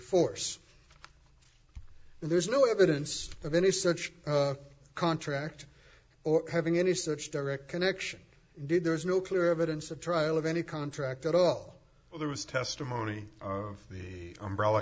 and there's no evidence of any such contract or having any such direct connection did there's no clear evidence a trial of any contract at all well there was testimony of the umbrella